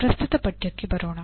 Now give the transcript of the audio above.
ಪ್ರಸ್ತುತ ಪಠ್ಯಕ್ಕೆ ಬರೋಣ